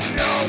no